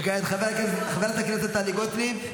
חברת הכנסת טלי גוטליב.